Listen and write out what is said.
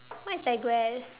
much digress